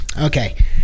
okay